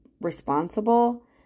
responsible